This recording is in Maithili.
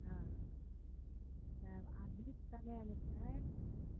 हँ अभिक समयमे छै